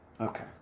Okay